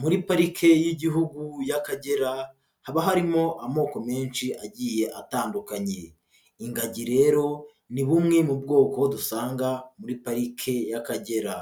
Muri parike y'igihugu y'Akagera haba harimo amoko menshi agiye atandukanye. Ingagi rero ni bumwe mu bwoko dusanga muri pariki y'Akagera;